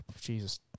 Jesus